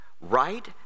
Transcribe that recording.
right